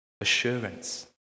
Assurance